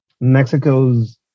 mexico's